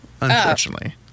unfortunately